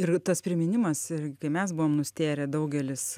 ir tas priminimas ir kai mes buvom nustėrę daugelis